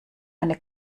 eine